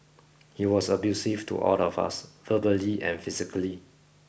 he was abusive to all of us verbally and physically